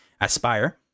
Aspire